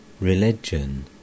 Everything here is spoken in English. Religion